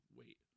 wait